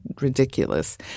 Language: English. ridiculous